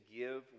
give